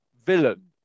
villain